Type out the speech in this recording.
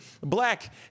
black